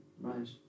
Right